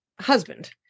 husband